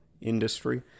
industry